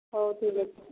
ହଉ ଠିକ୍ ଅଛି